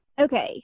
Okay